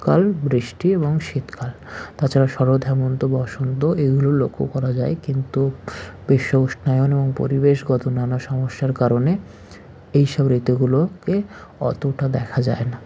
কাল বৃষ্টি এবং শীতকাল তাছাড়া শরৎ হেমন্ত বসন্ত এগুলো লক্ষ্য করা যায় কিন্তু বিশ্ব উষ্ণায়ণ এবং পরিবেশগত নানা সমস্যার কারণে এইসব ঋতুগুলোকে অতটা দেখা যায় না